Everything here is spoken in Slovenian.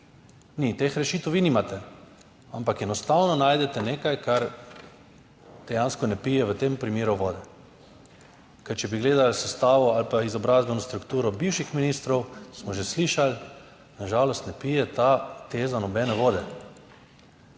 Ni teh rešitev, vi nimate, ampak enostavno najdete nekaj kar dejansko ne pije v tem primeru vode, ker če bi gledali sestavo ali pa izobrazbeno strukturo bivših ministrov, smo že slišali, na žalost ne pije ta teza nobene vode.